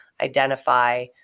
identify